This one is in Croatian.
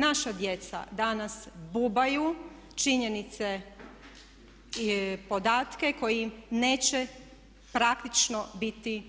Naša djeca danas bubaju činjenice i podatke koji im neće praktično biti